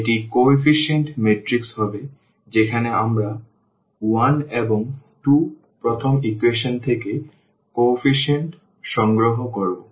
সুতরাং এটি coefficient matrix হবে যেখানে আমরা সেখানে 1 এবং 2 প্রথম ইকুয়েশন থেকে কোএফিসিয়েন্ট সংগ্রহ করব